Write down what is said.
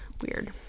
Weird